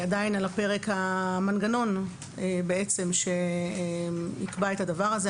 עדיין על הפרק המנגנון שיקבע את הדבר הזה.